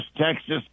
texas